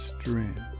strength